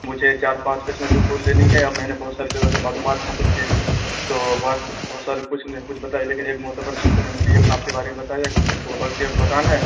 مجھے چار پانچ قسم کے پھول لینی ہے اور میں نے بہت ساری جگہوں سے معلومات حاصل کی تو بات بہت سارے کچھ نے کچھ بتائی لیکن ایک معتبر شخص نے مجھے یہ آپ کے بارے میں بتایا کہ ان کی ہول سیل دکان ہے